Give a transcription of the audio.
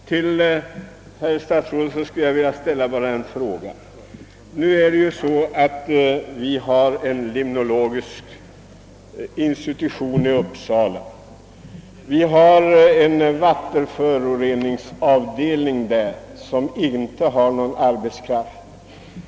Till statsrådet skulle jag bara vilja ställa en fråga. Vi har en limnologisk institution i Uppsala. Vattenföroreningsavdelningen där har inte någon fast anställd arbetskraft.